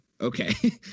okay